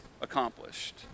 accomplished